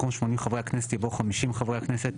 במקום '80 חברי הכנסת' יבוא '50 חברי הכנסת'.